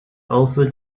also